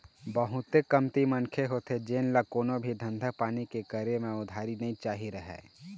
बहुते कमती मनखे होथे जेन ल कोनो भी धंधा पानी के करे म उधारी नइ चाही रहय